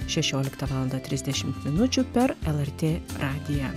šešioliktą valandą trisdešimt minučių per lrt radiją